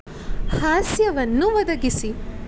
ಹಾಸ್ಯವನ್ನು ಒದಗಿಸಿ